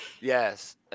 Yes